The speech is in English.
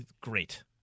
great